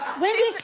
wendy,